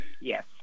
Yes